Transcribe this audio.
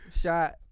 shot